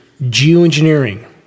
Geoengineering